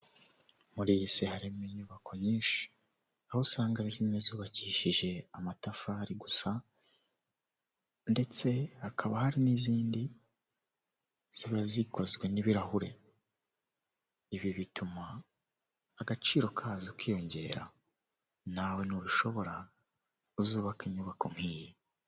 Iyo abayobozi basoje inama bari barimo hari ahantu habugenewe bahurira bakiga ku myanzuro yafashwe ndetse bakanatanga n'umucyo ku bibazo byagiye bigaragazwa ,aho hantu iyo bahageze baraniyakira.